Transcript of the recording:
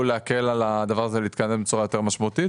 להקל על הדבר הזה ולהתקדם בצורה יותר משמעותית,